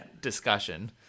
discussion